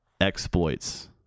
exploits